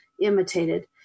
imitated